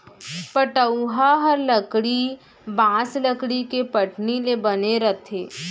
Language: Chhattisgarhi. पटउहॉं हर लकड़ी, बॉंस, लकड़ी के पटनी ले बने रथे